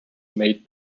made